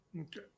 okay